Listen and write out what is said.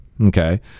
okay